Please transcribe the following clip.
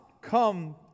come